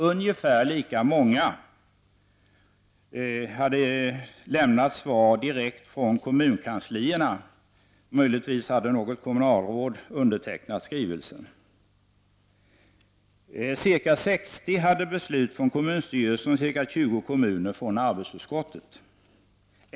Ungefär lika många hade lämnat sitt svar direkt från kommunkansliet, möjligen hade något kommunalråd undertecknat skrivelsen. Ca 60 kommuner hade beslut från kommunstyrelsen och ca 20 från arbetsutskottet.